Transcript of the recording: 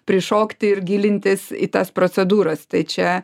prišokti ir gilintis į tas procedūras tai čia